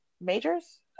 Majors